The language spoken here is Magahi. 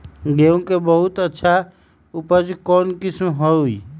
गेंहू के बहुत अच्छा उपज कौन किस्म होई?